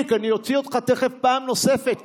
אני אוציא אותך תכף פעם נוספת,